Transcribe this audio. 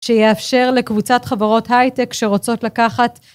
שיאפשר לקבוצת חברות הייטק שרוצות לקחת.